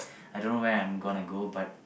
I don't know where I'm gonna go but